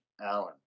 Allen